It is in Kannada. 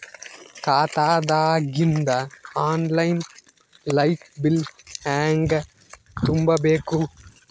ಖಾತಾದಾಗಿಂದ ಆನ್ ಲೈನ್ ಲೈಟ್ ಬಿಲ್ ಹೇಂಗ ತುಂಬಾ ಬೇಕು?